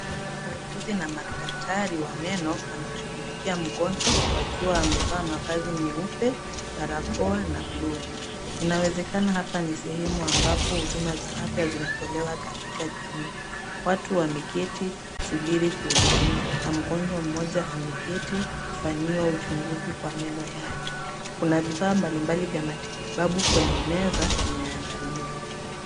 Wauguzi na madaktari wa meno wanamshughulikia mgonjwa wakiwa wamevaa mavazi meupe, barakoa na glovu. Inawezekana hapa ni sehemu ambapo huduma za afya zinatolewa katika jamii. Watu wameketi kusubiri kuhudumiwa na mgonjwa mmoja ameketi kufanyiwa uchunguzi kwa meno yake. Kuna vifaa mbalimbali vya matibabu kwenye meza vimeandaliwa.